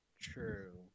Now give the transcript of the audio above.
True